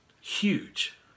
huge